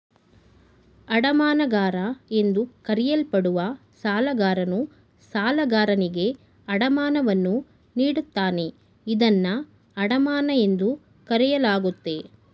ಅಡಮಾನಗಾರ ಎಂದು ಕರೆಯಲ್ಪಡುವ ಸಾಲಗಾರನು ಸಾಲಗಾರನಿಗೆ ಅಡಮಾನವನ್ನು ನೀಡುತ್ತಾನೆ ಇದನ್ನ ಅಡಮಾನ ಎಂದು ಕರೆಯಲಾಗುತ್ತೆ